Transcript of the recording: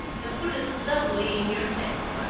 and put us doubly in your debt.